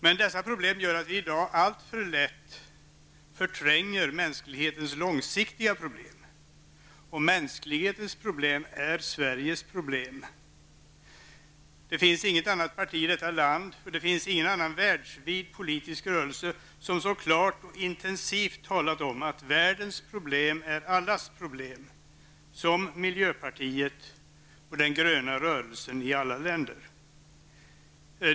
Men dessa problem gör att vi i dag alltför lätt förtränger mänsklighetens långsiktiga problem. Mänsklighetens problem är också Sveriges problem. Det finns inget annat parti i detta land och det finns ingen annan världsvid politisk rörelse som så klart och intensivt har talat om att världens problem är allas problem, som miljöpartiet och den gröna rörelsen i alla länder.